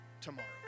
tomorrow